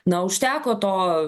na užteko to